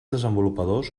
desenvolupadors